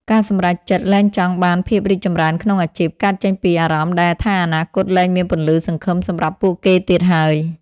ការសម្រេចចិត្តលែងចង់បានភាពរីកចម្រើនក្នុងអាជីព កើតចេញពីអារម្មណ៍ដែលថាអនាគតលែងមានពន្លឺសង្ឃឹមសម្រាប់ពួកគេទៀតហើយ។